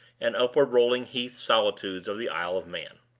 and upward-rolling heath solitudes of the isle of man.